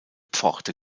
pforte